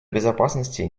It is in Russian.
безопасности